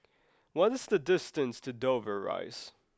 what is the distance to Dover Rise